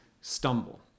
stumble